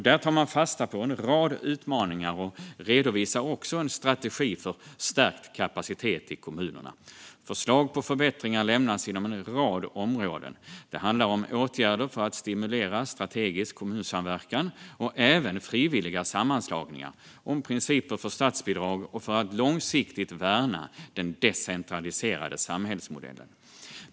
Där tar man fasta på en rad utmaningar och redovisar också en strategi för stärkt kapacitet i kommunerna. Förslag på förbättringar lämnas inom en rad områden. Det handlar om åtgärder för att stimulera strategisk kommunsamverkan och även frivilliga sammanslagningar, om principer för statsbidrag och för att långsiktigt värna den decentraliserade samhällsmodellen.